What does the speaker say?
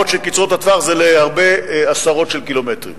אף-על-פי שקצרות הטווח זה להרבה עשרות של קילומטרים.